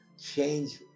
change